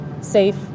safe